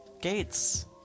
Gates